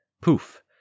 Poof